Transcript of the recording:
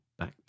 backpack